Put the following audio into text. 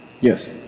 Yes